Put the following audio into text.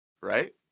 right